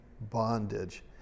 bondage